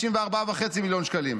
94.5 מיליון שקלים,